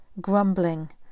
grumbling